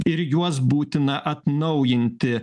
ir juos būtina atnaujinti